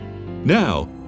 Now